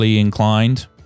inclined